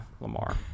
Lamar